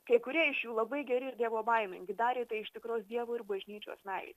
kai kurie iš jų labai geri ir dievobaimingi darė tai iš tikros dievo ir bažnyčios meilės